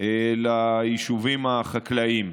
ליישובים החקלאיים.